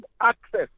access